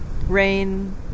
Rain